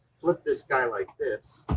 flip this guy like this,